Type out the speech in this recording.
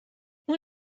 اون